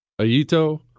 Aito